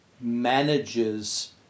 manages